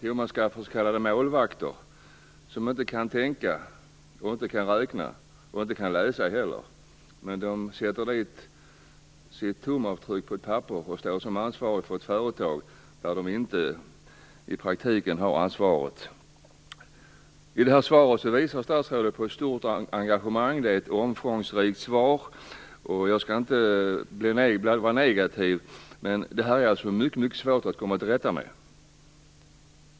Jo, då skaffar man sig s.k. målvakter, som inte kan tänka, inte räkna och inte ens läsa, men de sätter sitt tumavtryck på ett papper och står som ansvariga för företag, där de i praktiken inte alls har något ansvar. I svaret visar statsrådet ett stort engagemang. Det är ett omfångsrikt svar, och jag skall inte vara negativ, men det här är mycket svårt att komma till rätta med.